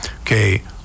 okay